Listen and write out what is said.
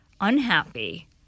unhappy